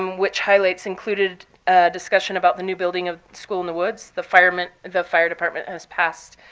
um which highlights included discussion about the new building of school in the woods. the fire but the fire department has passed